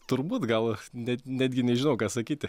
turbūt gal net netgi nežinau ką sakyti